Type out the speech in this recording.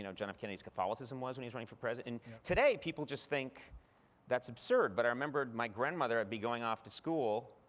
you know john f. kennedy's catholicism was when he's running for president. today, people just think that's absurd, but i remembered my grandmother would be going off to school,